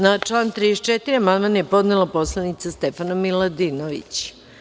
Na član 34. amandman je podnela narodna poslanica Stefana Miladinović.